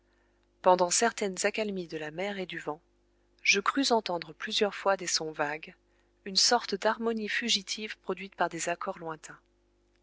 pendant certaines accalmies de la mer et du vent je crus entendre plusieurs fois des sons vagues une sorte d'harmonie fugitive produite par des accords lointains